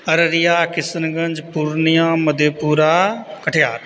Araria Kishanganj Purnia Madhepura Katihar